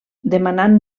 demanant